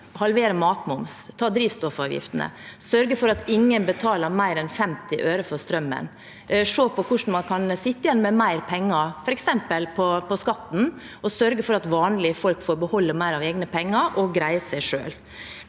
halvere matmoms, ta bort drivstoffavgiften, sørge for at ingen betaler mer enn 50 øre for strømmen, se på hvordan man kan sitte igjen med mer penger, f.eks. på skatten, og sørge for at vanlige folk får beholde mer av egne penger og greier seg selv.